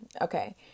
Okay